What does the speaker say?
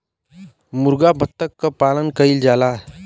मुरगा बत्तख क पालन कइल जाला